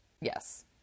Yes